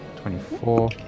twenty-four